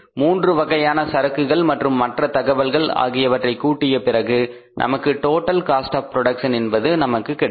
மூன்று வகையான சரக்குகள் மற்றும் மற்ற தகவல்கள் ஆகியவற்றை கூட்டிய பிறகு நமக்கு டோட்டல் காஸ்ட் ஆப் புரோடக்சன் என்பது நமக்கு கிடைக்கும்